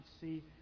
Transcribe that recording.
see